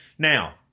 Now